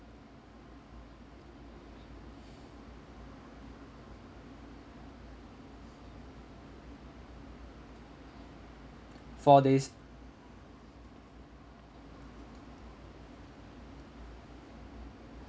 four days